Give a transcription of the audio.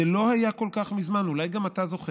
זה לא היה כל כך מזמן, אולי גם אתה זוכר,